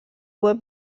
web